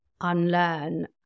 unlearn